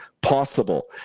possible